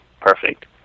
perfect